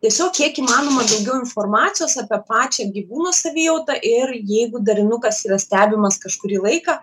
tiesiog kiek įmanoma daugiau informacijos apie pačią gyvūno savijautą ir jeigu darinukas yra stebimas kažkurį laiką